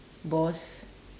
boss